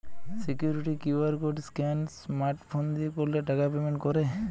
security QR code scan smart phone দিয়ে করলে টাকা পেমেন্ট করে